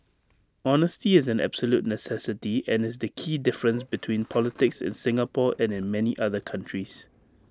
honesty is an absolute necessity and is the key difference between politics in Singapore and in many other countries